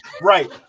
right